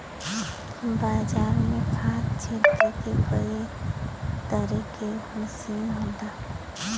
बाजार में खाद छिरके के कई तरे क मसीन होला